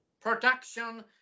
production